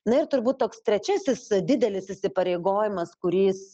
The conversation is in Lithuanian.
na ir turbūt toks trečiasis didelis įsipareigojimas kuris